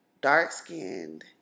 dark-skinned